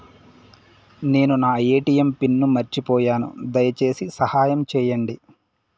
నేను నా ATM pin మర్చిపోయాను, దయచేసి సహాయం చేయండి